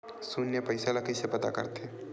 शून्य पईसा ला कइसे पता करथे?